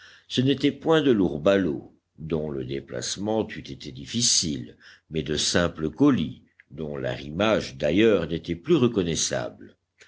ce n'étaient point de lourds ballots dont le déplacement eût été difficile mais de simples colis dont l'arrimage d'ailleurs n'était plus reconnaissable